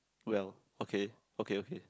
well okay okay okay